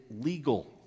legal